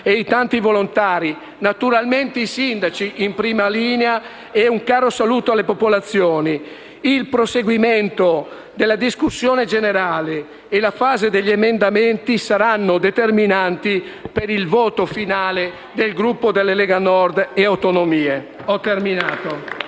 e i tanti volontari, naturalmente i sindaci in prima linea e porgere un caro saluto alle popolazioni. Il proseguimento della discussione generale e la fase degli emendamenti saranno determinanti per il voto finale del Gruppo Lega Nord e Autonomie.